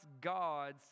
gods